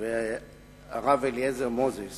והרב אליעזר מוזס